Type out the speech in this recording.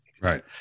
Right